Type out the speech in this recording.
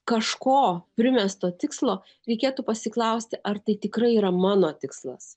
kažko primesto tikslo reikėtų pasiklausti ar tai tikrai yra mano tikslas